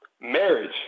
marriage